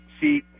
See